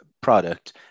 product